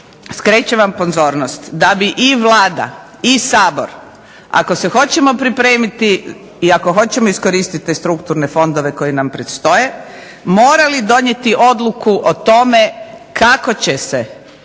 skrećem vam pozornost da bi i Vlada i Sabor ako se hoćemo pripremiti i ako hoćemo iskoristiti strukturne fondove koji nam predstoje morali donijeti odluku o tome kako će se